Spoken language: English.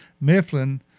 Mifflin